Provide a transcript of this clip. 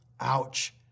Ouch